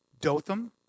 Dotham